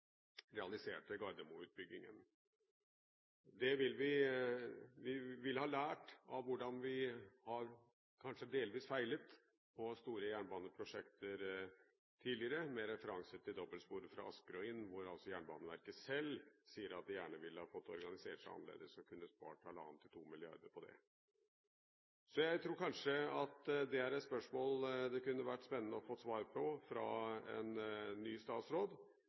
finansierte Gardermo-utbyggingen. Vi vil ha lært av hvordan vi kanskje delvis har feilet på store jernbaneprosjekter tidligere, med referanse til dobbeltsporet fra Asker og inn, hvor Jernbaneverket selv sier at de gjerne ville ha fått organisert seg annerledes og kunne ha spart 1,5–2 mrd. kr på det. Jeg tror kanskje det er et spørsmål det kunne vært spennende å få svar på fra en ny statsråd,